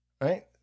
Right